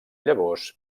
llavors